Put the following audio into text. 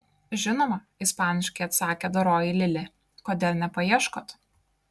žinoma ispaniškai atsakė doroji lilė kodėl nepaieškot